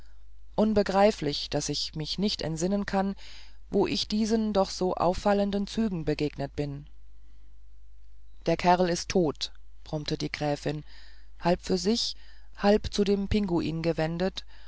unbegreiflich daß ich mich nicht entsinnen kann wo ich diesen doch so auffallenden zügen begegnet bin der kerl ist tot brummte die gräfin halb für sich halb zu dem pinguin gewendet